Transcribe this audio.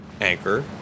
anchor